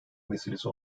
meselesi